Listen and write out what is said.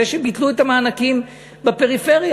זה שביטלו את המענקים בפריפריה.